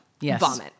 Yes